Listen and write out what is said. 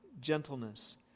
gentleness